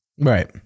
Right